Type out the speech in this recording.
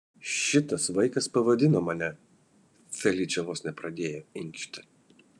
šitas vaikas pavadino mane feličė vos nepradėjo inkšti